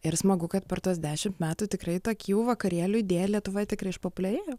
ir smagu kad per tuos dešimt metų tikrai tokių vakarėlių idėja lietuvoj tikrai išpopuliarėjo